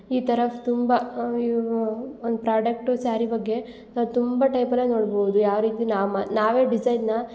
ಈ ಥರ ತುಂಬ ಇವು ಒಂದು ಪ್ರಾಡಕ್ಟು ಸ್ಯಾರಿ ಬಗ್ಗೆ ನಾವು ತುಂಬ ಟೈಪ್ ಎಲ್ಲ ನೋಡ್ಬೋದು ಯಾವ ರೀತಿ ನಾಮ ನಾವೇ ಡಿಸೈನ್ನ